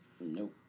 Nope